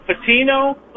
Patino